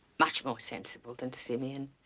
much more sensible than simeon